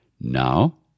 Now